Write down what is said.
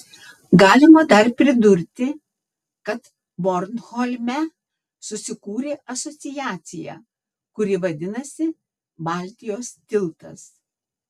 galima dar pridurti kad bornholme susikūrė asociacija kuri vadinasi baltijos tiltas